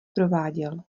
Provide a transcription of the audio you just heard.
prováděl